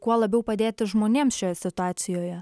kuo labiau padėti žmonėms šioje situacijoje